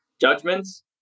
judgments